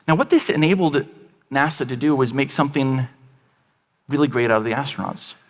and what this enabled nasa to do, was make something really great out of the astronauts.